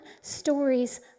stories